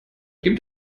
gibt